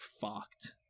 fucked